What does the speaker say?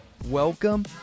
Welcome